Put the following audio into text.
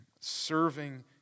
serving